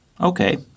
Okay